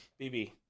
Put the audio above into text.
BB